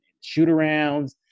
shoot-arounds